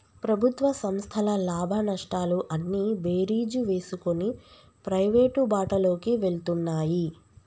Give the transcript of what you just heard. ప్రభుత్వ సంస్థల లాభనష్టాలు అన్నీ బేరీజు వేసుకొని ప్రైవేటు బాటలోకి వెళ్తున్నాయి